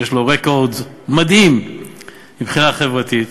שיש לו רקורד מדהים מבחינה חברתית,